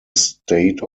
state